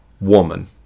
Woman